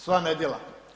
Sva nedjela.